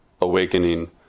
awakening